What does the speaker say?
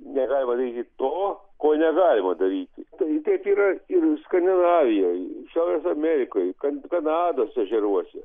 negalima daryti to ko negalima daryti tai taip yra ir skandinavijoj šiaurės amerikoj ka kanados ežeruose